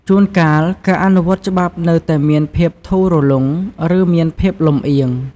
ជួនកាល ការអនុវត្តច្បាប់នៅតែមានភាពធូររលុង ឬមានភាពលម្អៀង ។